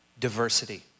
Diversity